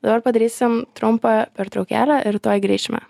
dabar padarysim trumpą pertraukėlę ir tuoj grįšime